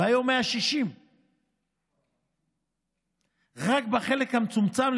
והיום יש 160,000. רק בחלק המצומצם,